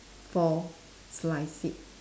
four slice it